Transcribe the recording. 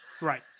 Right